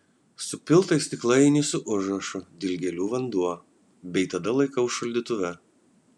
supiltą į stiklainį su užrašu dilgėlių vanduo bei data laikau šaldytuve